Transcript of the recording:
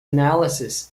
analysis